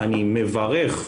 אני מברך,